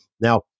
Now